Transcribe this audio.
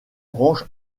branche